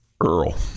Earl